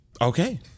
Okay